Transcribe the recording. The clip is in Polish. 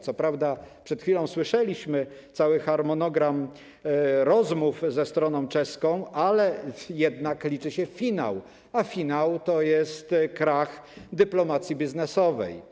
Co prawda przed chwilą słyszeliśmy o całym harmonogramie rozmów ze stroną czeską, ale liczy się finał, a finał to krach dyplomacji biznesowej.